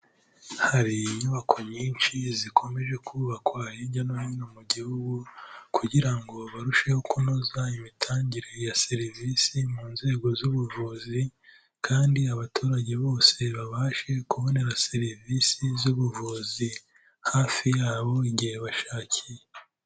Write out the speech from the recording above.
Hari inyubako nyinshi zikomeje kubakwa hirya no hino mu gihugu, kugira ngo barusheho kunoza imitangire ya serivisi mu nzego z'ubuvuzi, kandi abaturage bose babashe kubonera serivisi z'ubuvuzi hafi yabo igihe bashakiye.